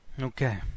Okay